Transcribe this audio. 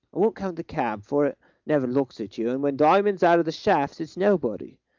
won't count the cab, for it never looks at you, and when diamond's out of the shafts, it's nobody.